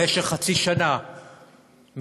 במשך חצי שנה מסתובב